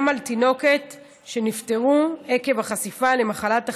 על תינוקת שנפטרו עקב החשיפה למחלת החצבת,